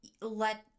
let